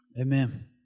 amen